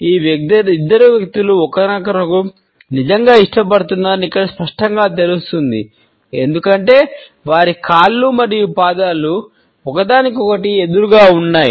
ఈ ఇద్దరు వ్యక్తులు ఒకరినొకరు నిజంగా ఇష్టపడుతున్నారని ఇక్కడ స్పష్టంగా తెలుస్తుంది ఎందుకంటే వారి కాళ్ళు మరియు పాదాలు ఒకదానికొకటి ఎదురుగా ఉన్నాయి